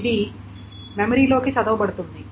ఇది మెమరీలోకి చదవబడుతుంది